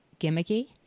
gimmicky